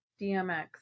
DMX